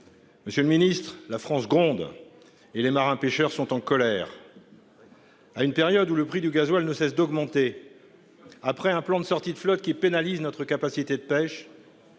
Monsieur le Ministre, la France gronde. Et les marins-pêcheurs sont en colère. À une période où le prix du gasoil ne cesse d'augmenter. Après un plan de sortie de flotte qui pénalisent notre capacité de pêche.